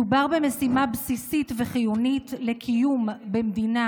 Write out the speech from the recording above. מדובר במשימה בסיסית וחיונית לקיום במדינה,